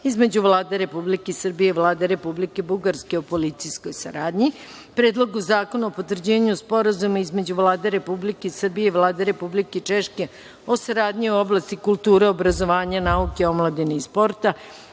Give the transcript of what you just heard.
između Vlade Republike Srbije i Vlade Republike Bugarske o policijskoj saradnji, Predlogu zakona o potvrđivanju Sporazuma između Vlade Republike Srbije i Vlade Republike Češke o saradnji u oblasti kulture, obrazovanja, nauke i sporta;